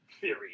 theory